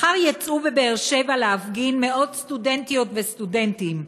מחר יצאו מבאר שבע להפגין מאות סטודנטיות וסטודנטים.